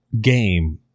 game